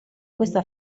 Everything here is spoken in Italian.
questa